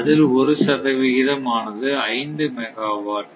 அதில் ஒரு சதவிகிதம் ஆனது 5 மெகாவாட்